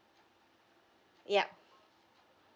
yup